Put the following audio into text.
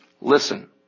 Listen